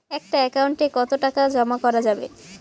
একটা একাউন্ট এ কতো টাকা জমা করা যাবে?